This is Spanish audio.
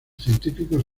científicos